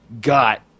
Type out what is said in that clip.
got